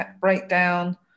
breakdown